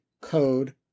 code